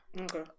Okay